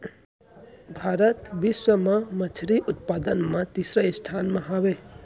भारत बिश्व मा मच्छरी उत्पादन मा तीसरा स्थान मा हवे